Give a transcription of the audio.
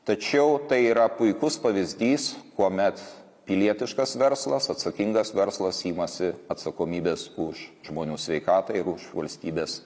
tačiau tai yra puikus pavyzdys kuomet pilietiškas verslas atsakingas verslas imasi atsakomybės už žmonių sveikatą jeigu valstybės